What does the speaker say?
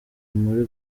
muri